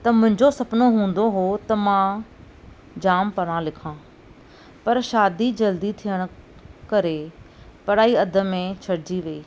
त मुंहिंजो सुपिनो हूंदो हो त मां जाम पढ़ां लिखां पर शादी जल्दी थियणु करे पढ़ाई अधु में छॾिजी वेई